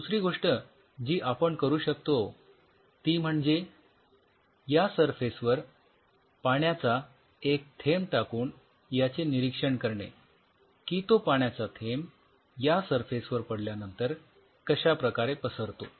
दुसरी गोष्ट जी आपण करू शकतो ती म्हणजे या सरफेस वर पाण्याचा एक थेंब टाकून याचे निरीक्षण करणे की तो पाण्याचा थेंब या सरफेस वर पडल्यानंतर कश्या प्रकारे पसरतो